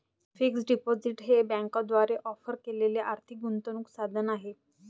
fixed deposit हे बँकांद्वारे offer केलेले आर्थिक गुंतवणूक साधन आहे